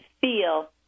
feel